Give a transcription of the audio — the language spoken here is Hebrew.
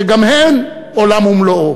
שגם הן עולם ומלואו,